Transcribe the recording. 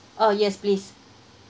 oh yes please